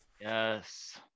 yes